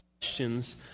questions